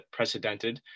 precedented